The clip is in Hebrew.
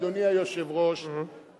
אדוני היושב-ראש,